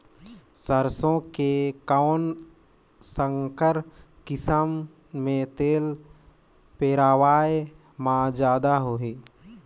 सरसो के कौन संकर किसम मे तेल पेरावाय म जादा होही?